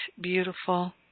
beautiful